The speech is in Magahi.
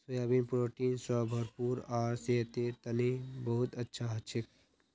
सोयाबीन प्रोटीन स भरपूर आर सेहतेर तने बहुत अच्छा हछेक